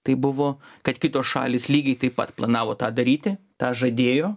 tai buvo kad kitos šalys lygiai taip pat planavo tą daryti tą žadėjo